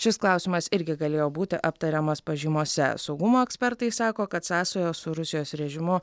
šis klausimas irgi galėjo būti aptariamas pažymose saugumo ekspertai sako kad sąsajos su rusijos režimu